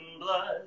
blood